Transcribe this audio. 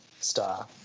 star